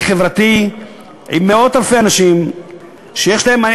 חברתי עם מאות אלפי אנשים שיש להם,